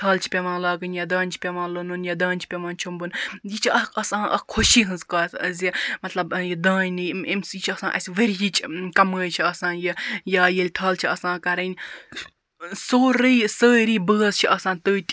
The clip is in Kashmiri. تھل چھِ پیٚوان لاگٕنۍ یا دانہِ چھُ پیٚوان لونُن یا دانہِ چھُ پیٚوان چھۄمبُن یہِ چھِ اکھ آسان اکھ خُشی ہٕنٛز کتھ زِ مَطلَب یہِ دانہِ أمِس یہِ چھُ آسان اَسہِ ؤریِچ کَمٲے چھِ آسان یہِ یا ییٚلہِ تھل چھِ آسان کَرٕنۍ سورُے سٲری بٲژ چھِ آسان تٔتۍ